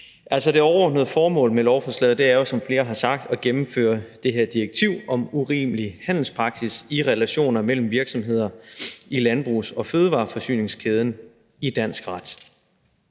Det overordnede formål med lovforslaget er jo, som flere har sagt, at gennemføre det her direktiv om urimelig handelspraksis i relationer mellem virksomheder i landbrugs- og fødevareforsyningskæden i dansk ret.